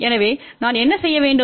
எனவே நாம் என்ன செய்ய வேண்டும்